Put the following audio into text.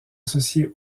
associé